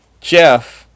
Jeff